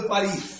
Paris